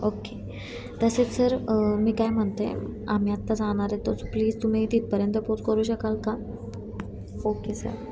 okay तसेच sir मी काय म्हणते आम्ही आत्ता जाणार आहे तर प्लीज तुम्ही तिथपर्यंत पोच करू शकाल का ओके सर